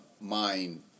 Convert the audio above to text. mind